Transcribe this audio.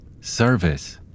service